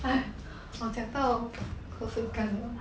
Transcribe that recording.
我讲到口水干了